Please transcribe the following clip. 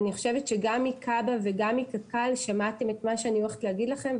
אני חושבת שגם מכב"א וגם מקק"ל שמעתם את מה שאני הולכת להגיד לכם,